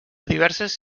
diverses